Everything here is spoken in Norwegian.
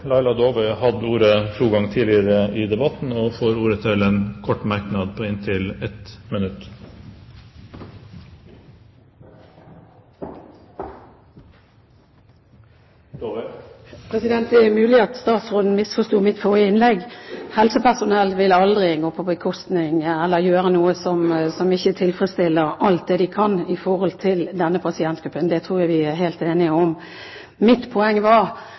Laila Dåvøy har hatt ordet to ganger tidligere i debatten og får ordet til en kort merknad, begrenset til 1 minutt. Det er mulig at statsråden misforsto mitt forrige innlegg. Helsepersonell vil alltid gjøre det de kan for denne pasientgruppen. Det tror jeg vi er helt enige om. Mitt poeng var